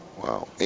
Wow